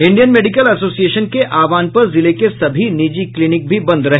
Indian medical association के आह्वान पर जिले के सभी निजी क्लिनिक भी बंद रहे